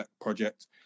project